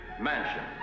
Mansion